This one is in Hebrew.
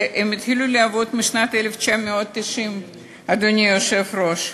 התחיל לעבוד בשנת 1990, אדוני היושב-ראש,